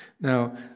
Now